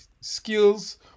skills